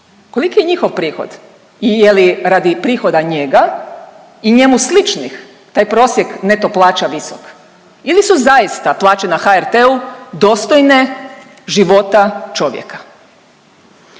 koliki je njihov prihod i je li radi prihoda njega i njemu sličnih taj prosjek neto plaća visok ili su zaista plaće na HRT-u dostojne života čovjeka?